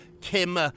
Kim